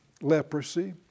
leprosy